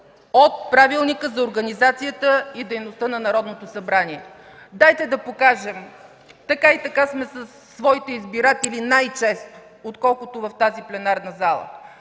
от Правилника за организацията и дейността на Народното събрание. Дайте да покажем – така и така сме със своите избиратели най-често, отколкото в тази пленарна зала,